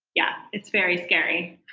yeah, it's very scary.